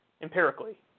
empirically